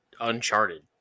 Uncharted